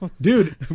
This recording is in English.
dude